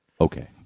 Okay